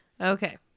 Okay